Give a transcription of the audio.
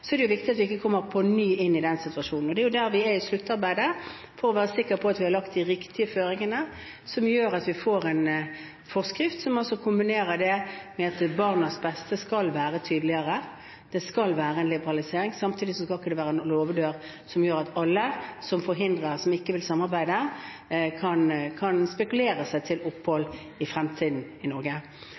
Det er viktig at vi på ny ikke kommer inn i den situasjonen. Der er vi i sluttarbeidet, for å være sikre på at vi har lagt de riktige føringene som gjør at vi får en forskrift som altså kombinerer det med at barnas beste skal være tydeligere. Det skal være en liberalisering. Samtidig skal det ikke være en låvedør som gjør at alle som forhindrer, som ikke vil samarbeide, kan spekulere seg til opphold i Norge i